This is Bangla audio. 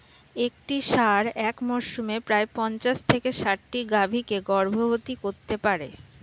একটি ষাঁড় এক মরসুমে প্রায় পঞ্চাশ থেকে ষাটটি গাভী কে গর্ভবতী করতে পারে